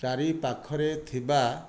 ଚାରି ପାଖରେ ଥିବା